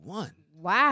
Wow